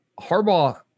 Harbaugh